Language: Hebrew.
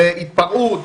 זה התפרעות,